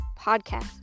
Podcast